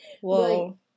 Whoa